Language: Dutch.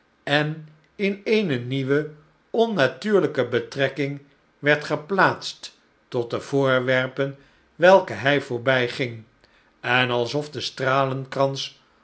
en in eene nieuwe onnatuurlijke betrekking werd geplaatst tot de voorwerpen welke hij voorbijging en alsof de